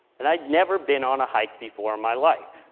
and i'd never been on a hike before in my life.